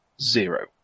zero